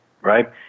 right